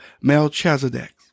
Melchizedek